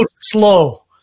slow